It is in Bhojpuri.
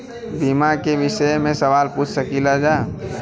बीमा के विषय मे सवाल पूछ सकीलाजा?